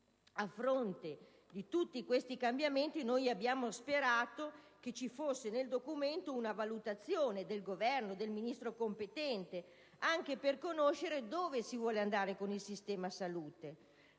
A fronte di tutti questi cambiamenti, abbiamo sperato che nel documento ci fosse una valutazione del Governo e del Ministro competente, anche per comprendere dove si vuole andare con il sistema salute.